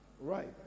Right